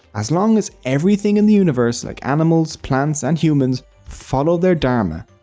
as long as everything in the universe like animals, plants, and humans follow their dharma,